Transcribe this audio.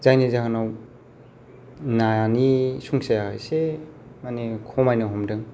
जायनि जाहोनाव नानि संखियाया एसे खमायनो हमदों